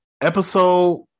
episode